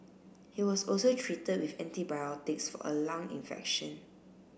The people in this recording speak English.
he was also treated with antibiotics for a lung infection